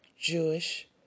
Jewish